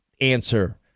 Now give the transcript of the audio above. answer